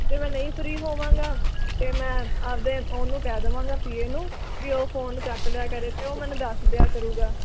ਜੇ ਮੈਂ ਨਹੀਂ ਫ੍ਰੀ ਹੋਵਾਂਗਾ ਅਤੇ ਮੈਂ ਆਪਦੇ ਉਹਨੂੰ ਕਹਿ ਦਵਾਂਗਾ ਪੀਏ ਨੂੰ ਵੀ ਉਹ ਫੋਨ ਚੱਕ ਲਿਆ ਕਰੋ ਫੇਰ ਉਹ ਮੈਨੂੰ ਦੱਸ ਦਿਆ ਕਰੇਗਾ